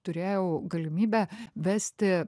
turėjau galimybę vesti